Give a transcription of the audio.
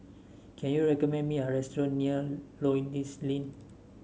can you recommend me a restaurant near Lloyds Inn